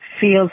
feels